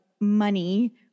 money